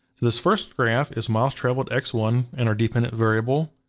this first graph is miles traveled, x one, and our dependent variable,